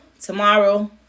tomorrow